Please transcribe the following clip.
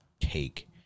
take